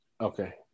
Okay